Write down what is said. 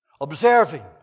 observing